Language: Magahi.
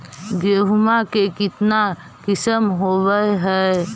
गेहूमा के कितना किसम होबै है?